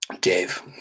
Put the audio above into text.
Dave